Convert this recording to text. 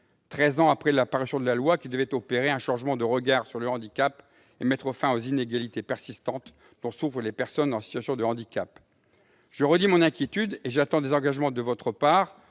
ans après la promulgation de la loi qui devait opérer un changement de regard sur le handicap et mettre fin aux inégalités persistantes dont souffrent les personnes en situation de handicap. Je redis mon inquiétude et j'attends des engagements forts de votre part,